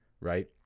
right